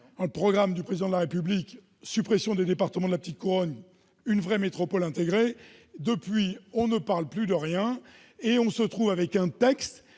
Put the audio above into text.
Le programme du Président de la République comportait la suppression des départements de la petite couronne, une vraie métropole intégrée. Depuis, on ne parle plus de rien et on se trouve avec un texte